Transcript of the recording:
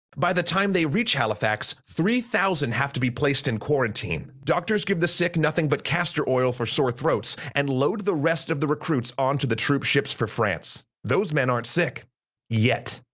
by the time they reach halifax, three thousand have to be placed in quarantine. doctors give the sick nothing but castor oil for sore throats and load the rest of the recruits onto the troop ships for france. those men aren't sick yet.